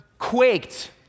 Quaked